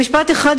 במשפט אחד,